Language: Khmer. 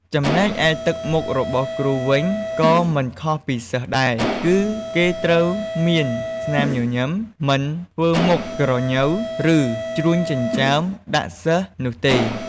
ចំណែកឯទឹកមុខរបស់គ្រូវិញ ក៏មិនខុសពីសិស្សដែរ គឺគេត្រូវមានស្នាមញញឹម មិនធ្វើមុខក្រញ៉ូវ ឬ ជ្រួញចិញ្ចើមដាក់សិស្សនោះទេ។